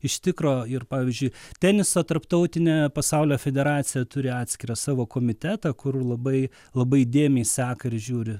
iš tikro ir pavyzdžiui tenisą tarptautinė pasaulio federacija turi atskirą savo komitetą kur labai labai įdėmiai seka ir žiūri